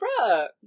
bruh